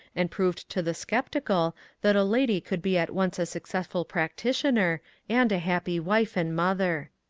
and proved to the sceptical that a lady could be at once a successful practitioner and a happy wife and mother.